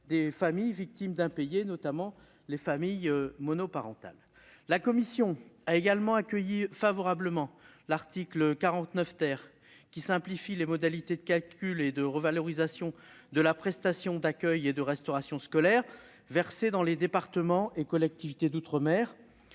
des familles victimes d'impayés, notamment les familles monoparentales. La commission a également accueilli favorablement l'article 49 , qui simplifie les modalités de calcul et de revalorisation de la prestation d'accueil et de restauration scolaire versée dans les départements et collectivités d'outre-mer.